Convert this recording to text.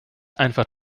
einfach